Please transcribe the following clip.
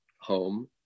home